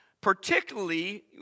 particularly